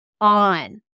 on